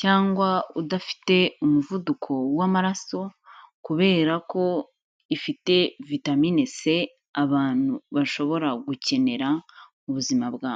cyangwa udafite umuvuduko w'amaraso kubera ko ifite vitamin c abantu bashobora gukenera mu buzima bwabo.